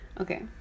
Okay